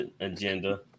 agenda